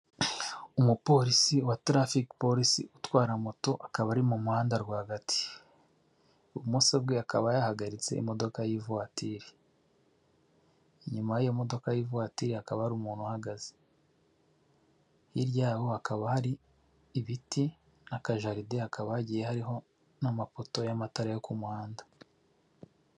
Umupolisi wa tarafike polisi utwara moto akaba ari mu muhanda rwagati, ibumoso bwe akaba yahagaritse imodoka y'ivuwatiri, inyuma y'iyomodoka y'ivuwatiri hakaba hari umuntu uhagaze, hirya yaho hakaba hari ibiti akajaride hakaba hagiye hariho n'amapoto y'amatara yo ku muhanda.